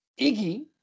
Iggy